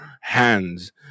hands